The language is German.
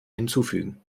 hinzufügen